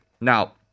Now